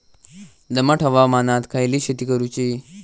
दमट हवामानात खयली शेती करूची?